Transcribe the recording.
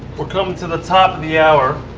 we're coming to the top of the hour,